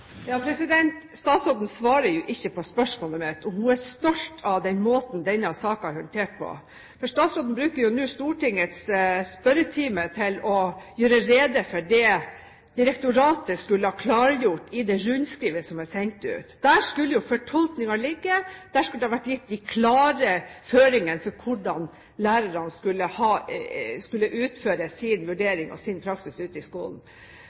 Statsråden svarer jo ikke på spørsmålet mitt, om hun er stolt av den måten denne saken er håndtert på. Statsråden bruker nå Stortingets spørretime til å gjøre rede for det direktoratet skulle ha klargjort i det rundskrivet som er sendt ut. Der skulle fortolkningen ligge, der skulle det ha vært gitt klare føringer for hvordan lærerne skal utføre sin vurdering og sin praksis ute i skolen.